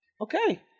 Okay